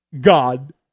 God